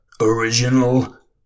original